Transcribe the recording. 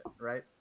right